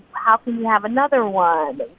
how can he have another one?